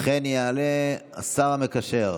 ובכן, יעלה השר המקשר,